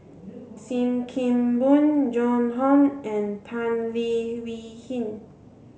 Sim Kee Boon Joan Hon and Tan Leo Wee Hin